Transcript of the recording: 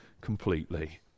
completely